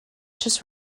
just